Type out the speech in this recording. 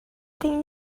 tem